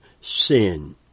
sin